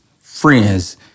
friends